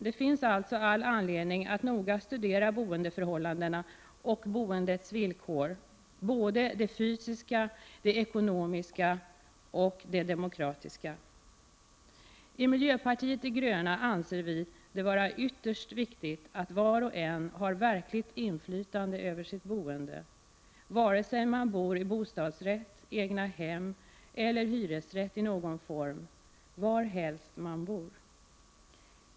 Det finns alltså all anledning att noga studera boendeförhållandena och boendets villkor — både de fysiska, de ekonomiska och de demokratiska. Vi i miljöpartiet de gröna anser det vara ytterst viktigt att var och en har verkligt inflytande över sitt boende, vare sig man bor i bostadsrätt, egnahem eller hyresrätt i någon form, varhelst man bor.